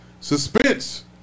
Suspense